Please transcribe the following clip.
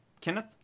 Kenneth